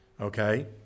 okay